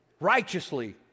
Righteously